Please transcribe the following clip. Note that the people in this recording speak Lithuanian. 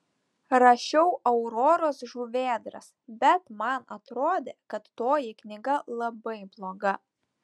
rašiau auroros žuvėdras bet man atrodė kad toji knyga labai bloga